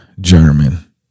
German